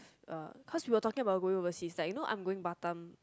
uh because we were talking about going overseas like you know I am going Batam